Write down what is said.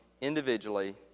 individually